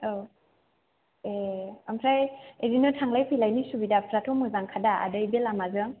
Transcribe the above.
औ ए ओमफ्राय बिदिनो थांलाय फैलायनि सुबिदाफ्राथ' मोजांखादा आदै बे लामाजों